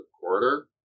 quarter